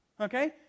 Okay